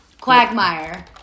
Quagmire